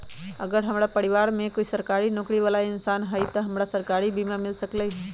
अगर हमरा परिवार में कोई सरकारी नौकरी बाला इंसान हई त हमरा सरकारी बीमा मिल सकलई ह?